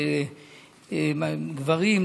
לגברים,